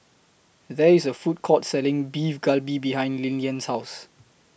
There IS A Food Court Selling Beef Galbi behind Lilyan's House